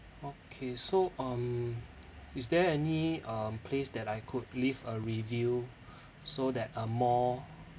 okay so um is there any um place that I could leave a review so that uh more